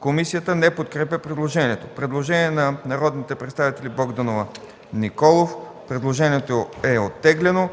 Комисията не подкрепя предложението. Предложение от народните представители Богданова и Николов. Предложението е оттеглено.